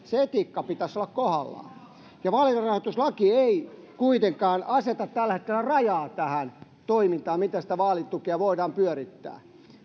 etiikan pitäisi olla kohdallaan kun vaalirahoituslaki ei kuitenkaan aseta tällä hetkellä rajaa tähän toimintaan miten sitä vaalitukea voidaan pyörittää